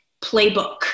playbook